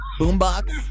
boombox